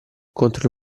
contro